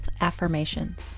affirmations